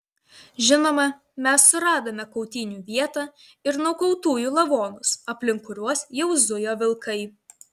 žinoma mes suradome kautynių vietą ir nukautųjų lavonus aplink kuriuos jau zujo vilkai